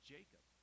Jacob